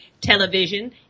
television